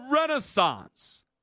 Renaissance